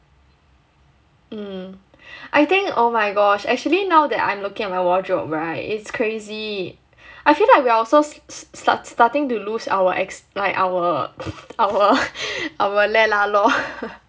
mm I think oh my gosh actually now that I'm looking at my wardrobe [right] it's crazy I feel like we're also st~ st~ start~ starting to lose our ex~ like our our our leh lah lor